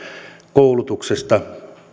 koulutuksesta